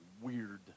weird